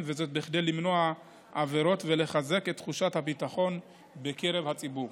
כדי למנוע עבירות ולחזק את תחושת הביטחון בקרב הציבור.